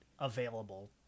available